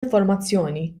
informazzjoni